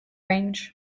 range